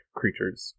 creatures